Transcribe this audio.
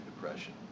depression